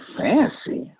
fancy